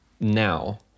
now